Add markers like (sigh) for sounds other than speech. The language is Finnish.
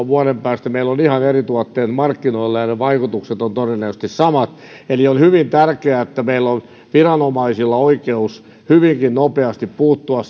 (unintelligible) vuoden päästä meillä on ihan eri tuotteet markkinoilla ja ne vaikutukset ovat todennäköisesti samat on hyvin tärkeää että meillä on viranomaisilla oikeus hyvinkin nopeasti puuttua (unintelligible)